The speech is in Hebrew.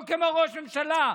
לא כמו ראש ממשלה.